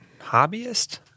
hobbyist